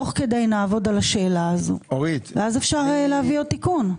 תוך כדי נעבוד על השאלה ואפשר להביא עוד תיקון.